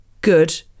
good